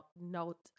note